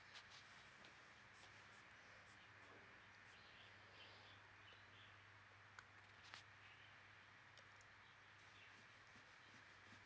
mm